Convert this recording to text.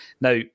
Now